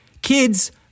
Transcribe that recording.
Kids